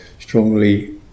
strongly